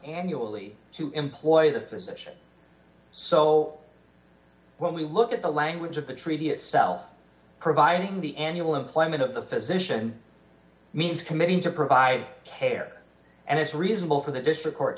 annually to employ the physician so d when we look at the language of the treaty itself providing the annual employment of the physician means committing to provide care and it's reasonable for the district court